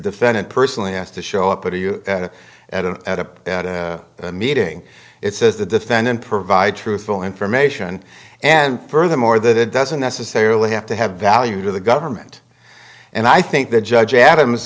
defendant personally has to show up at a you know at a meeting it says the defendant provide truthful information and furthermore that it doesn't necessarily have to have value to the government and i think the judge adams